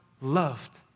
loved